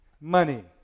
Money